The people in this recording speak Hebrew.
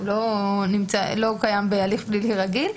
הוא לא קיים בהליך פלילי רגיל,